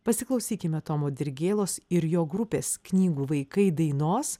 pasiklausykime tomo dirgėlos ir jo grupės knygų vaikai dainos